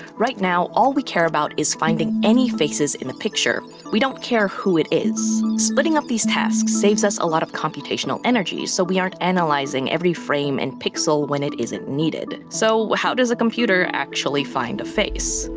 right now, all we care about is finding any faces in the picture. we don't care who it is. splitting up these tasks saves us a lot of computational energy, so we aren't analyzing every frame and pixel when it isn't needed. so how does a computer actually find a face?